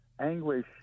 anguish